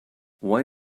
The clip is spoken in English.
why